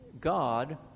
God